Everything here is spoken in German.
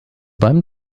beim